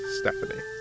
Stephanie